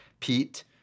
Pete